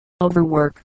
Overwork